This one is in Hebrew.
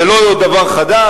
זה לא דבר חדש,